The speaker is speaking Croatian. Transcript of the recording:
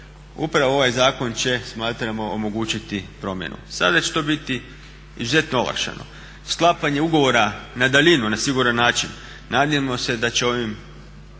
Upravo ovaj zakon će smatramo omogućiti promjenu. Sada će to biti izuzetno olakšano. Sklapanje ugovora na daljinu, na siguran način nadamo se da će ovaj